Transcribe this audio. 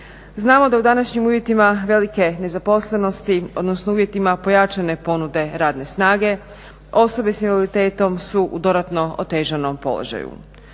Znamo da u današnjim uvjetima velike nezaposlenosti, odnosno uvjetima pojačane ponude radne snage osobe s invaliditetom su u dodatno otežanom položaju.